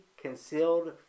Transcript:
concealed